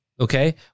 okay